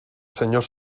senyor